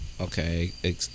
okay